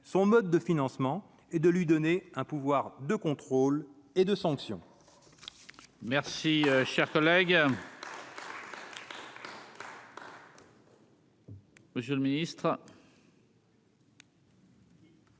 son mode de financement et de lui donner un pouvoir de contrôle et de sanction.